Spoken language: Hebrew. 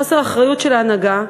חוסר אחריות של ההנהגה,